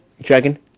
Dragon